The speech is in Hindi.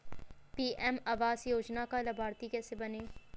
पी.एम आवास योजना का लाभर्ती कैसे बनें?